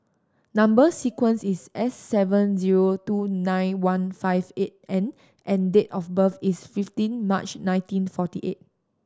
number sequence is S seven zero two nine one five eight N and date of birth is fifteen March nineteen forty eight